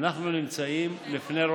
פרשת השבוע.